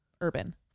Urban